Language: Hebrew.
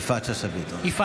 יפעת שאשא ביטון,